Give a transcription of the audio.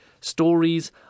Stories